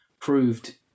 proved